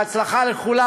בהצלחה לכולם.